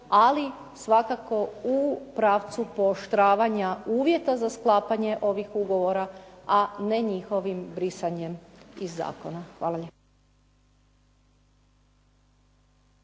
ali svakako u pravcu pooštravanja uvjeta za sklapanje ovih ugovora, a ne njihovim brisanjem iz zakona. Hvala.